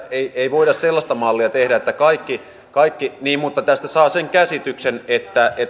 ei voida sellaista mallia tehdä että kaikki kaikki niin mutta tästä saa sen käsityksen että